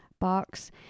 box